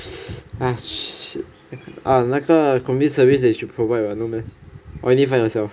ah shit uh 那个 community service they should provide [what] no meh or you need find yourself